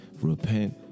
Repent